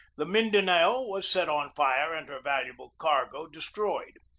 the mindanao was set on fire and her valu able cargo destroyed.